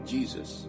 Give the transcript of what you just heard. Jesus